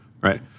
right